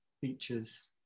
features